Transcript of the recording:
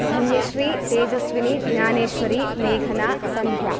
धन्यश्री तेजस्विनी ज्ञानेश्वरी मेघना सन्ध्या